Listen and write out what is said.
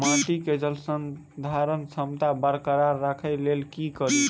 माटि केँ जलसंधारण क्षमता बरकरार राखै लेल की कड़ी?